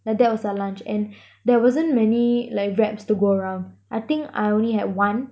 that was our lunch and there wasn't many like wraps to go around I think I only had one